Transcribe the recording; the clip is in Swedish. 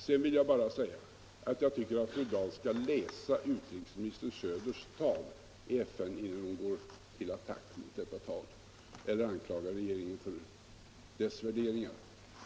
Sedan vill jag bara säga att jag tycker att fru Dahl skall läsa utrikesminister Söders tal i FN innan hon går till attack mot detta tal eller anklagar regeringen för dess värderingar.